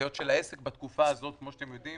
היות שלעסק בתקופה הזאת, כמו שאתם יודעים,